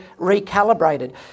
recalibrated